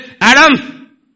Adam